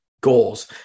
goals